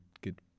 good